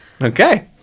Okay